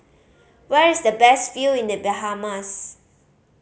where is the best view in The Bahamas